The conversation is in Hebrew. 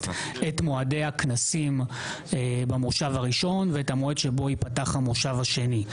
את מועדי הכנסים במושב הראשון ואת המועד שבו ייפתח המושב השני.